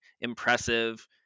impressive